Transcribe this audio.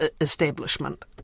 establishment